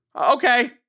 Okay